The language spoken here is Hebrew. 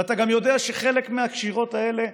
ואתה גם יודע שחלק מהקשירות האלה,